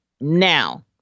Now